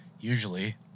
Usually